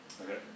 Okay